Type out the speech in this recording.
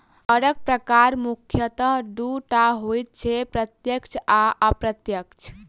करक प्रकार मुख्यतः दू टा होइत छै, प्रत्यक्ष आ अप्रत्यक्ष